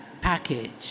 package